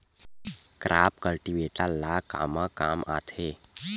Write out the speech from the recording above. Crop cultivator ला कमा काम आथे?